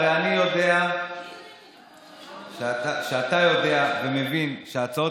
הרי אני יודע שאתה יודע ומבין שההצעות